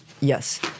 yes